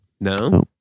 no